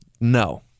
No